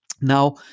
Now